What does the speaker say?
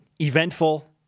eventful